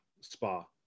spa